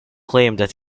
that